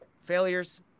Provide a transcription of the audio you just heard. failures